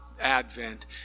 Advent